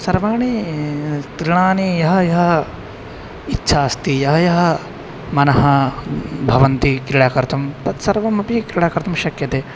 सर्वाणि तृणानि या या इच्छा अस्ति यः यः मनः भवति क्रीडा कर्तुं तत्सर्वमपि क्रीडा कर्तुं शक्यते